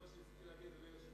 זה מה שרציתי להגיד,